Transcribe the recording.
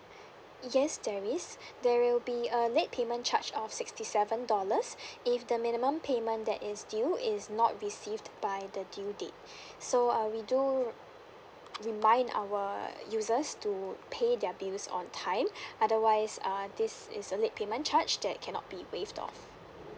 yes there is there will be a late payment charge of sixty seven dollars if the minimum payment that is due is not received by the due date so uh we do remind our users to pay their bills on time otherwise err this is a late payment charge that cannot be waived off